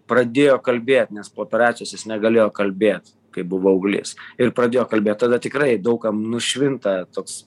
pradėjo kalbėt nes po operacijos jis negalėjo kalbėt kai buvo paauglys ir pradėjo kalbėt tada tikrai daug kam nušvinta toks